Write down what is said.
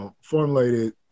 formulated